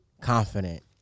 confident